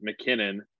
McKinnon